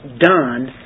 done